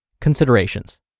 Considerations